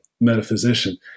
metaphysician